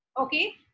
Okay